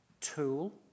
tool